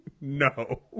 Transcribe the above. no